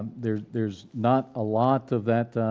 there's there's not a lot of that